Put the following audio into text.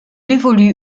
évolue